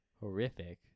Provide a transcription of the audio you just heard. Horrific